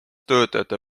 töötajate